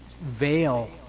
veil